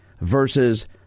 versus